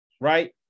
right